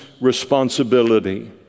responsibility